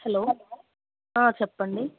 hello చెప్పండి